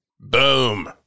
Boom